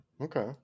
Okay